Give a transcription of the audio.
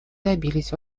добились